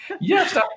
yes